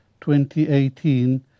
2018